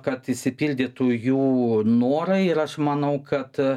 kad išsipildytų jų norai ir aš manau kad